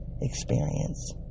experience